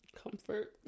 comfort